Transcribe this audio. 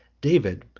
david,